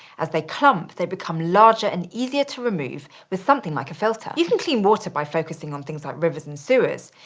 as they clump, they become larger and easier to remove with something like a filter. can clean water by focusing on things like rivers and sewers.